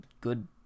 good